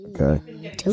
Okay